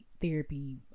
therapy